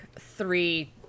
three